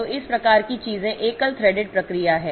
तो इस प्रकार की चीजें एकल थ्रेडेड प्रक्रिया है